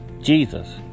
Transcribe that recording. Jesus